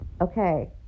Okay